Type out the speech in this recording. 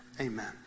Amen